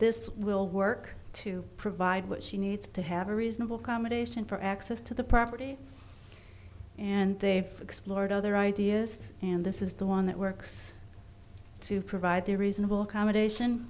this will work to provide what she needs to have a reasonable combination for access to the property and they've explored other ideas and this is the one that works to provide the reasonable accommodation